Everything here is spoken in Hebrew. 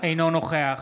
אינו נוכח